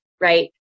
Right